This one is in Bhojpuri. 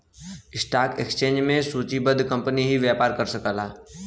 स्टॉक एक्सचेंज में सूचीबद्ध कंपनी ही व्यापार कर सकला